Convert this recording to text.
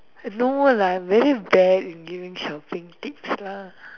no lah I'm very bad at giving shopping tips lah